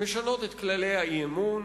משנות את כללי האי-אמון.